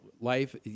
life